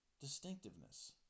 Distinctiveness